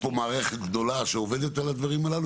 יש פה מערכת גדולה שעובדת על הדברים הללו.